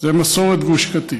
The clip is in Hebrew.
זו מסורת גוש קטיף.